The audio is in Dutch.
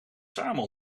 samen